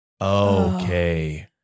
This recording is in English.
okay